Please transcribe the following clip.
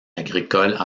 agricoles